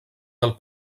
del